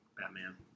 Batman